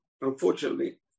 Unfortunately